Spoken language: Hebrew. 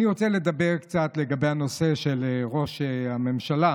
אני רוצה לדבר קצת לגבי הנושא של ראש הממשלה.